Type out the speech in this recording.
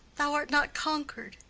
thou art not conquer'd.